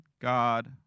God